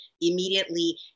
immediately